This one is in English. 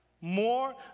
more